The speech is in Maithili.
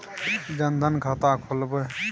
जनधन खाता केना खोलेबे?